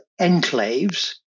enclaves